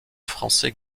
français